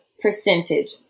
percentage